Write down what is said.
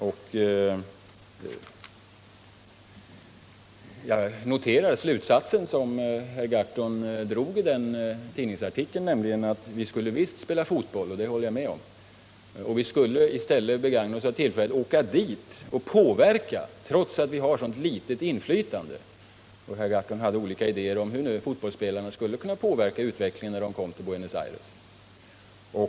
Och jag noterar den slutsats som herr Gahrton drar i artikeln, nämligen att vi visst skall spela fotboll — det håller jag med om — och alltså begagna oss av tillfället att åka till Argentina och påverka, trots att vi har så litet inflytande. Herr Gahrton hade olika idéer om hur fotbollsspelarna skulle kunna påverka utvecklingen när de kom till Buenos Aires.